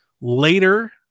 later